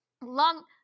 Long